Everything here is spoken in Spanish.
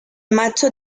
macho